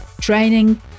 training